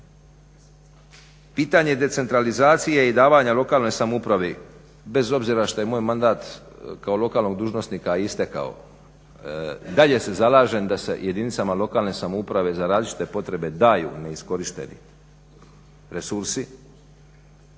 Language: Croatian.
Pitanje decentralizacije i davanja lokalnoj samoupravi bez obzira što je moj mandat kao lokalnog dužnosnika istekao i dalje se zalažem da se jedinicama lokalne samouprave za različite potrebe daju neiskorišteni resursi